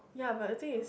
ya but the thing is